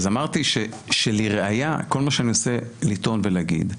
אז אמרתי שלראיה כל מה שאני רוצה לטעון ולהגיד,